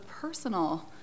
personal